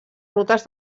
rutes